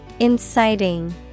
Inciting